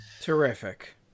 terrific